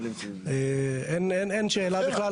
אין שאלה בכלל.